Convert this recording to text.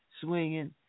swinging